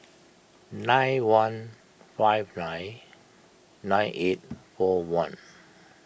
nine one five nine nine eight four one